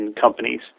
companies